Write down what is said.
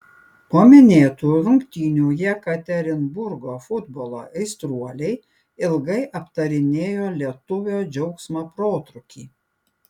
po minėtų rungtynių jekaterinburgo futbolo aistruoliai ilgai aptarinėjo lietuvio džiaugsmo protrūkį